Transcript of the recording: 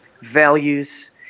Values